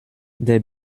der